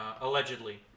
Allegedly